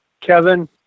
Kevin